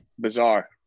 Bizarre